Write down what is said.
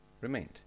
remained